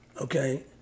Okay